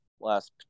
last